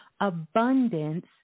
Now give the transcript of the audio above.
abundance